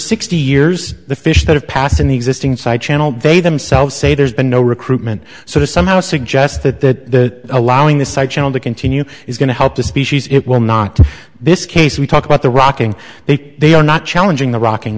sixty years the fish that have passed in the existing side channel they themselves say there's been no recruitment so to somehow suggest that allowing this to continue is going to help the species it will not this case we talk about the rocking they they are not challenging the rock